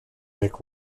nick